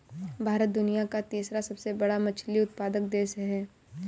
भारत दुनिया का तीसरा सबसे बड़ा मछली उत्पादक देश है